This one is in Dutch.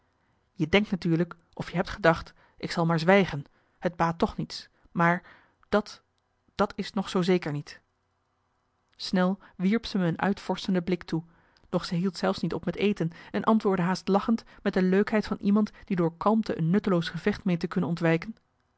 je denkt natuurlijk of je hebt gedacht ik zal maar zwijgen het baat toch niets maar dat dat is nog zoo zeker niet snel wierp zij me een uitvorschende blik toe doch ze hield zelfs niet op met eten en antwoordde haast lachend met de leukheid van iemand die door kalmte een nutteloos gevecht meent te kunnen ontwijken